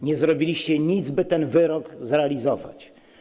Nie zrobiliście nic, by ten wyrok zrealizować.